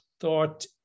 thought